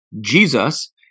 Jesus